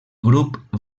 grup